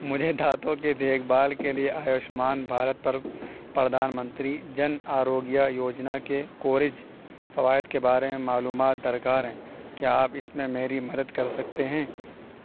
مجھے داتوں کی دیکھ بھال کے لیے آیوشمان بھارت پر پردھان منتری جن آروگیہ یوجنا کے کوریج فوائد کے بارے میں معلومات درکار ہیں کیا آپ اس میں میری مدد کر سکتے ہیں